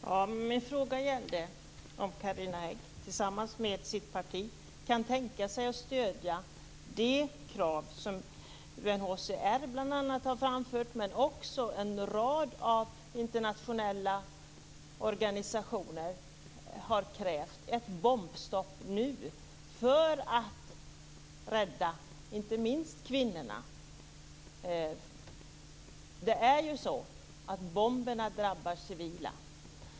Herr talman! Min fråga gällde om Carina Hägg tillsammans med sitt parti kan tänka sig att stödja de krav som UNHCR, bl.a., har framfört, men också en rad internationella organisationer - ett bombstopp nu - för att rädda inte minst kvinnorna. Det är ju så att bomberna drabbar civila.